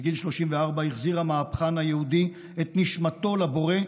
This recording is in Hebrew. בגיל 34 החזיר המהפכן היהודי את נשמתו לבורא,